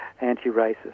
anti-racist